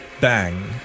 bang